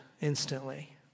instantly